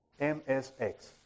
MSX